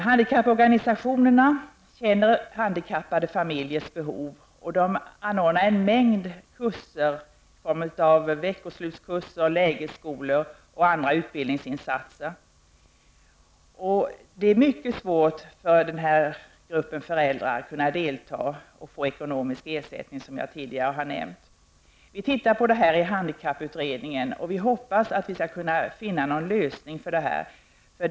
Handikapporganisationerna känner behoven hos familjer med handikappade barn, och de anordnar en mängd kurser i form av veckoslutskurser, lägerskolor och andra utbildningsinsatser. Det är, som jag tidigare har nämnt, mycket svårt för den här gruppen av föräldrar att kunna delta och få ekonomisk ersättning. Vi studerar frågan i handikapputredningen, och vi hoppas att vi skall kunna finna en lösning på problemet.